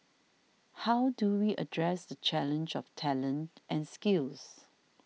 how do we address the challenge of talent and skills